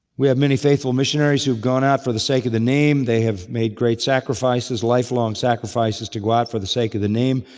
we have many faithful missionaries who have gone out for the sake of the name. they have made great sacrifices, life-long sacrifices to go out for the sake of the name.